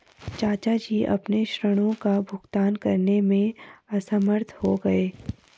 चाचा जी अपने ऋणों का भुगतान करने में असमर्थ हो गए